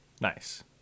Nice